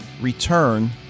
Return